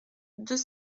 deux